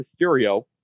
Mysterio